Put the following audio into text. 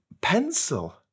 Pencil